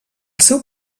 seu